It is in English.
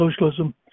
socialism